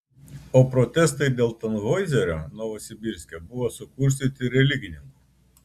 o protestai dėl tanhoizerio novosibirske buvo sukurstyti religininkų